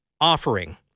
offering